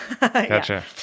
Gotcha